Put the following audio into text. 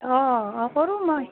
অঁ অঁ কৰোঁ মই